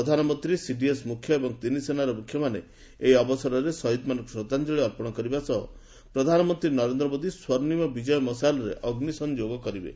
ପ୍ରଧାନମନ୍ତ୍ରୀ ସିଡିଏସ୍ ମୁଖ୍ୟ ଏବଂ ତିନିସେନାର ମୁଖ୍ୟମାନେ ଏହି ଅବସରରେ ଶହୀଦ୍ମାନଙ୍କୁ ଶ୍ରଦ୍ଧାଞ୍ଜଳି ଅର୍ପଣ କରିବା ସହ ପ୍ରଧାନମନ୍ତ୍ରୀ ନରେନ୍ଦ୍ର ମୋଦି ସ୍ୱର୍ଷ୍ଣିମ ବିଜୟ ମଶାଲରେ ଅଗ୍ରି ସଂଯୋଗ କରିବେ